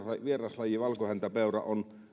vieraslajin valkohäntäpeuran populaatio on